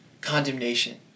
condemnation